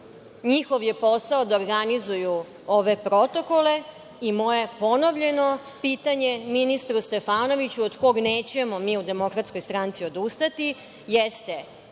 NJihov je posao da organizuju ove protokole i moje ponovljeno pitanje ministru Stefanoviću, od koga nećemo mi u DS odustati, jeste